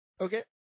Okay